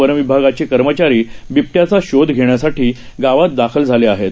वनविभागाचेकर्मचारीबिबट्याचाशोधघेण्यासाठीगावातदाखलझालेआहेत